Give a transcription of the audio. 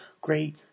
Great